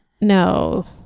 no